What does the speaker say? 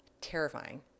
terrifying